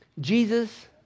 Jesus